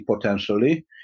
potentially